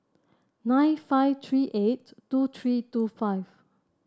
nine five three eight two three two five